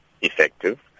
effective